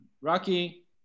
Rocky